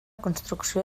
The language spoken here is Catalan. construcció